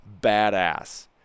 badass